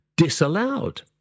disallowed